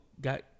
got